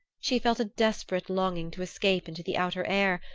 she felt a desperate longing to escape into the outer air,